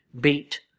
beat